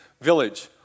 village